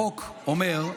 החוק אומר,